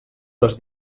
les